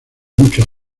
muchos